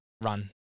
run